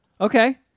Okay